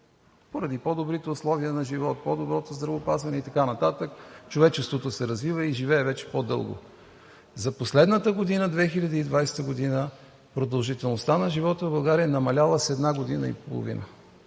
поради по-добрите условия на живот, по-доброто здравеопазване и така нататък, човечеството се развива и живее вече по-дълго. За последната година – 2020 г., продължителността на живота в България е намаляла с една година и половина.